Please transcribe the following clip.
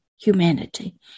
humanity